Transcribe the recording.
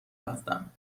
رفتم